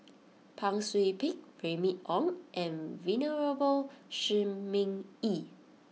Pang Sui Pick Remy Ong and Venerable Shi Ming Yi